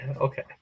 okay